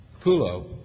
Pulo